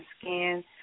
skin